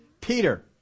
Peter